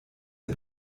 der